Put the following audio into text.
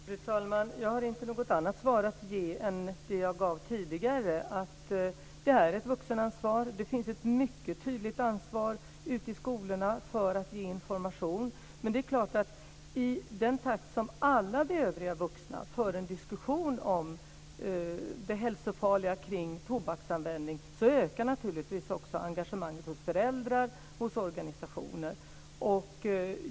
Fru talman! Jag har inte något annat svar att ge än det jag gav tidigare, nämligen att detta är ett vuxenansvar. Det finns ett mycket tydligt ansvar ute i skolorna för att ge information. I samma takt som alla vi övriga vuxna för en diskussion om det hälsofarliga kring tobaksanvändning ökar naturligtvis också engagemanget hos föräldrar och hos organisationer.